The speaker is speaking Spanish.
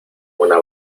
una